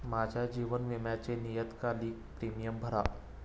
माझ्या जीवन विम्याचे नियतकालिक प्रीमियम भरा